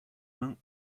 mains